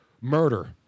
murder